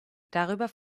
darüber